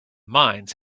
mines